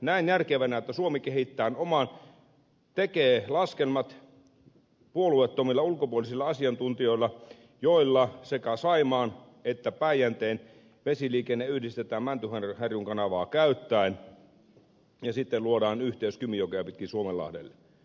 näen järkevänä että suomi kehittää oman väylästönsä tekee laskelmat puolueettomilla ulkopuolisilla asiantuntijoilla jolla sekä saimaan että päijänteen vesiliikenne yhdistetään mäntyharjun kanavaa käyttäen ja sitten luodaan yhteys kymijokea pitkin suomenlahdelle